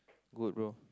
good bro